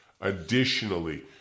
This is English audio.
Additionally